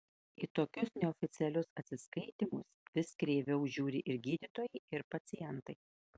į tokius neoficialius atsiskaitymus vis kreiviau žiūri ir gydytojai ir pacientai